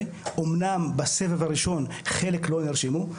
אמנם בסבב הראשון חלק לא נרשמו.